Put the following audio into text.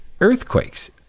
earthquakes